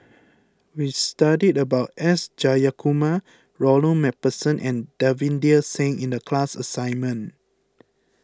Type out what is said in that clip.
we studied about S Jayakumar Ronald MacPherson and Davinder Singh in the class assignment